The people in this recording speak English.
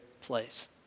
place